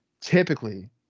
typically